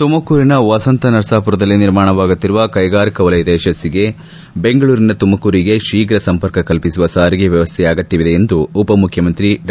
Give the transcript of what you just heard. ತುಮಕೂರಿನ ವಸಂತ ನರಸಾಮರದಲ್ಲಿ ನಿರ್ಮಾಣವಾಗುತ್ತಿರುವ ಕೈಗಾರಿಕಾ ವಲಯದ ಯಶಸ್ಸಿಗೆ ಬೆಂಗಳೂರಿನಿಂದ ತುಮಕೂರಿಗೆ ಶೀಘ ಸಂಪರ್ಕ ಕಲ್ಪಿಸುವ ಸಾರಿಗೆ ವ್ಯವಸ್ಥೆಯ ಅಗತ್ಯವಿದೆ ಎಂದು ಉಪಮುಖ್ಯಮಂತ್ರಿ ಡಾ